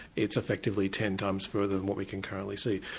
it's effectively ten times further than what we can currently see.